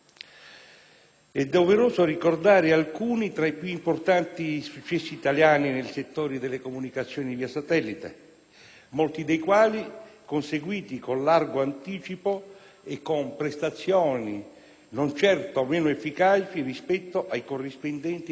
È doveroso ricordare alcuni tra i più importanti successi italiani nel settore delle comunicazioni via satellite, molti dei quali conseguiti con largo anticipo e con prestazioni non certo meno efficaci rispetto ai corrispondenti prodotti